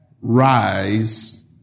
Rise